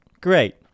Great